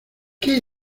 qué